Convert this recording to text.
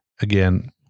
Again